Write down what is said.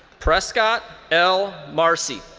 prescott l. marcie.